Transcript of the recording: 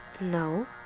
No